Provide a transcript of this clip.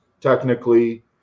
technically